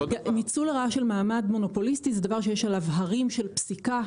ניצול לרעה של מעמד מונופוליסטי זה דבר שיש עליו הרים של פסיקה,